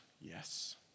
yes